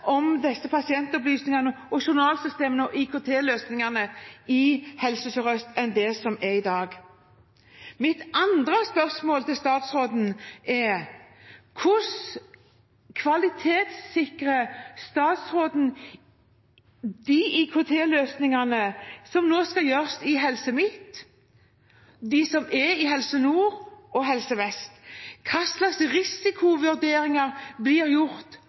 journalsystemene og IKT-løsningene i Helse Sør-Øst et annet omdømme enn de har i dag. Mitt andre spørsmål til statsråden er: Hvordan kvalitetssikrer – som nå skal gjøres – statsråden de IKT-løsningene som er i Helse Midt-Norge, i Helse Nord og i Helse Vest? Hva slags risikovurderinger blir gjort?